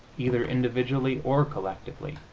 either individually or collectively.